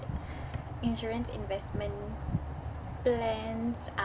insurance investment plans are